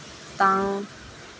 ꯇꯥꯡ